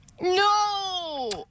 No